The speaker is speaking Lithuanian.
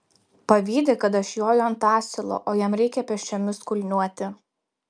pavydi kad aš joju ant asilo o jam reikia pėsčiomis kulniuoti